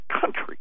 country